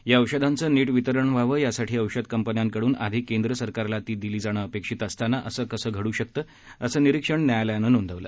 या औषधांचं नीट वितरण व्हावं यासाठी औषधं कंपन्यांकडून आधी केंद्र सरकारला दिली जाणं अपेक्षित असताना असं कसं घडू शकतं असं निरीक्षण न्यायालयानं नोंदवलं